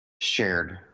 shared